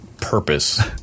purpose